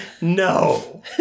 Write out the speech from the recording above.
no